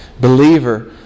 Believer